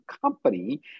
company